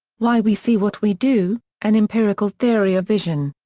why we see what we do an empirical theory of vision.